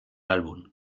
álbum